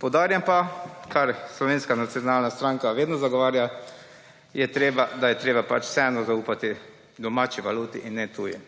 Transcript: Poudarjam pa, kar Slovenske nacionalna stranka vedno zagovarja, da je treba pač vseeno zaupati domači valuti in ne tuji.